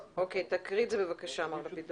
אוקיי, תקריא את זה, בבקשה, מר לפידור.